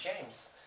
James